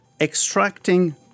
extracting